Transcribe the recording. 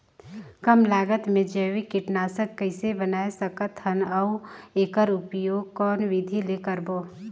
कम लागत मे जैविक कीटनाशक कइसे बनाय सकत हन अउ एकर उपयोग कौन विधि ले करबो?